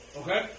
okay